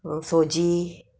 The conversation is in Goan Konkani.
सोजी